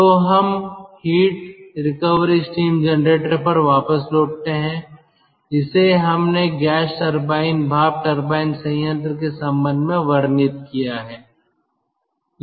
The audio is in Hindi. तो हम हीट रिकवरी स्टीम जनरेटर पर वापस लौटते हैं इसे हमने गैस टरबाइन भाप टरबाइन संयंत्र के संबंध में वर्णित किया है